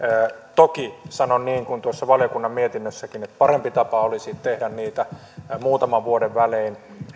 toki sanon niin kuin sanotaan tuossa valiokunnan mietinnössäkin että parempi tapa olisi tehdä niitä muutaman vuoden välein